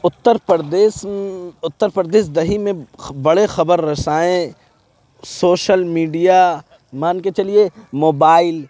اتّر پردیش اتّر پردیش دہی میں بڑے خبر رسائیں سوشل میڈیا مان کے چلیے موبائل